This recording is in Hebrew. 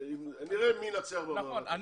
נראה מי ינצח במאבק הזה.